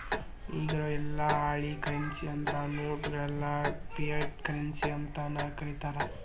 ಇಗಿರೊ ಯೆಲ್ಲಾ ಹಾಳಿ ಕರೆನ್ಸಿ ಅಂದ್ರ ನೋಟ್ ಗೆಲ್ಲಾ ಫಿಯಟ್ ಕರೆನ್ಸಿ ಅಂತನ ಕರೇತಾರ